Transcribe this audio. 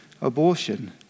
abortion